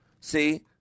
See